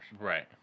Right